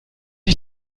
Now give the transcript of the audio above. ich